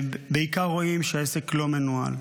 הם בעיקר רואים שהעסק לא מנוהל.